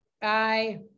Bye